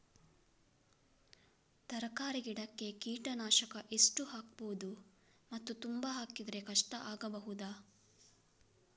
ತರಕಾರಿ ಗಿಡಕ್ಕೆ ಕೀಟನಾಶಕ ಎಷ್ಟು ಹಾಕ್ಬೋದು ಮತ್ತು ತುಂಬಾ ಹಾಕಿದ್ರೆ ಕಷ್ಟ ಆಗಬಹುದ?